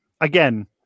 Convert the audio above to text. again